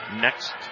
next